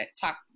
talk